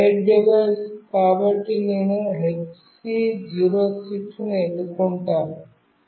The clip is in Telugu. ఇది పెయిర్ డివైస్ కాబట్టి నేను HC 06 ని ఎన్నుకుంటాను